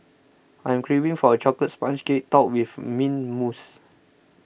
I am craving for a Chocolate Sponge Cake Topped with Mint Mousse